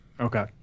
Okay